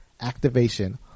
activation